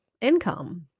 income